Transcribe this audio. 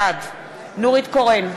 בעד נורית קורן,